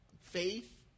faith